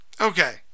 Okay